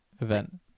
event